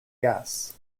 gas